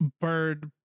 bird